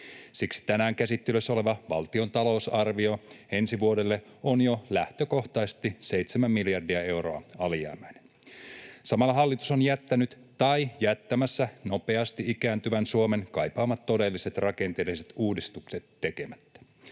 Siksi tänään käsittelyssä oleva valtion talousarvio ensi vuodelle on jo lähtökohtaisesti 7 miljardia euroa alijäämäinen. Samalla hallitus on jättänyt tai jättämässä nopeasti ikääntyvän Suomen kaipaamat todelliset rakenteelliset uudistukset tekemättä.